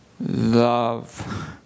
love